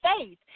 faith